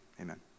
Amen